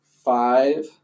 Five